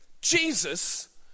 Jesus